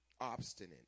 obstinate